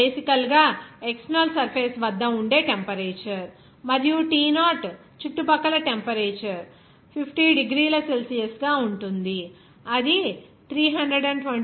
Ti బేసికల్ గా external surface వద్ద టెంపరేచర్ మరియు T0 చుట్టుపక్కల టెంపరేచర్ 50 డిగ్రీల సెల్సియస్గా ఉంటుంది అది 323 K కి సమానం